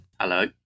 hello